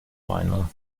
vinyl